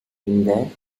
இந்த